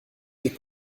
des